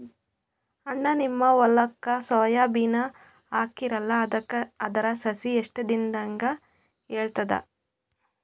ಅಣ್ಣಾ, ನಿಮ್ಮ ಹೊಲಕ್ಕ ಸೋಯ ಬೀನ ಹಾಕೀರಲಾ, ಅದರ ಸಸಿ ಎಷ್ಟ ದಿಂದಾಗ ಏಳತದ?